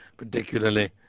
particularly